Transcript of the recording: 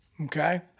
Okay